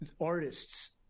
artists